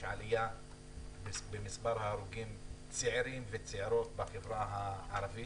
יש ממש עלייה במספר הרוגים צעירים וצעירות בחברה הערבית.